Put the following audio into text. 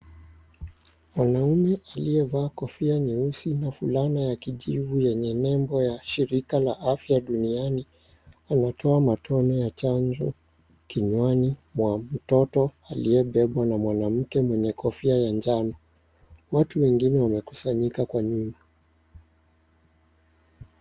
Mwanaume aliyevaa kofia nyeusi na fulana ya kijivu yenye nembo ya shirika la afya duniani, anatona matone ya chanzo kinywani mwa mtoto aliyebebwa na mwanamke mwenye kofia ya njano. Watu wengine wanakusanyika kwa nyuma.